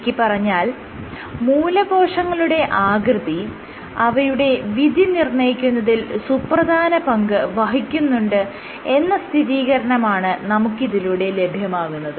ചുരുക്കിപ്പറഞ്ഞാൽ മൂലകോശങ്ങളുടെ ആകൃതി അവയുടെ വിധിനിർണ്ണയിക്കുന്നതിൽ സുപ്രധാന പങ്ക് വഹിക്കുന്നുണ്ട് എന്ന സ്ഥിതീകരണമാണ് നമുക്ക് ഇതിലൂടെ ലഭ്യമാകുന്നത്